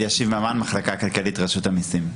אני מהמחלקה הכלכלית ברשות המסים.